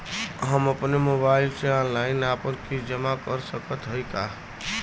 हम अपने मोबाइल से ऑनलाइन आपन किस्त जमा कर सकत हई का?